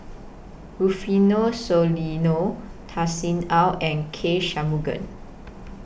Rufino Soliano Tan Sin Aun and K Shanmugam